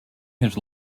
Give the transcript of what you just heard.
his